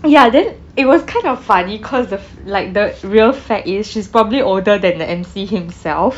ya then it was kind of funny cause of like the real fact is she's probably older than the emcee himself